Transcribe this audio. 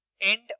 End